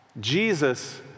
Jesus